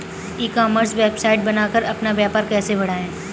ई commerce website बनाकर अपना व्यापार कैसे बढ़ाएँ?